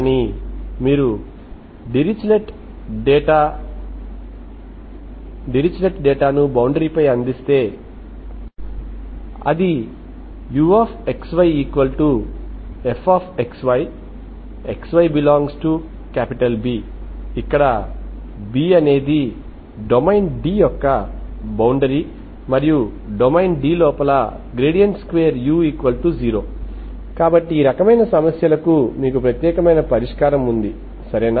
కానీ మీరు Dirichlet data ను బౌండరీ పై అందిస్తే అదిuxyfxy xy∈B ఇక్కడ B అనేది డొమైన్ D యొక్క బౌండరీ మరియు డొమైన్ D లోపల2u0 కాబట్టి ఈ రకమైన సమస్యలకు మీకు ప్రత్యేకమైన పరిష్కారం ఉంది సరేనా